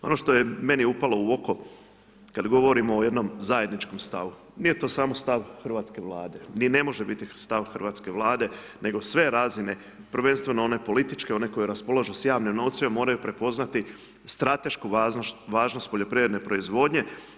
Ono što je meni upalo u oko, kada govorimo jednom zajedničkom stavu, nije to samo stav hrvatske vlade i ne može biti stav hrvatske vlade, nego sve razine, prvenstveno one političke, oni koji raspolažu s javnim novcem, moraju prepoznati stratešku važnost poljoprivredne proizvodnje.